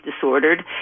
disordered